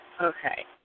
Okay